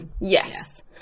yes